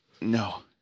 No